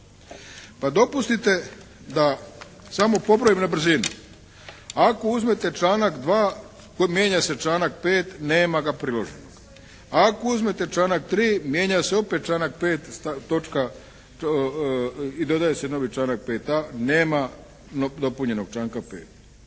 Pa dopustite da samo pobrojim na brzinu. Ako uzmete članak 2. mijenja se članak 5. nema ga priloženog. Ako uzmete članak 3. mijenja se opet članak 5. točka i dodaje se novi članak 5. …/Govornik se